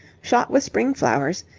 shot with spring flowers,